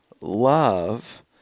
love